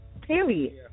period